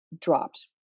dropped